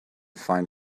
find